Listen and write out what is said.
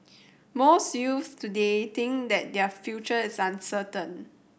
most youths today think that their future is uncertain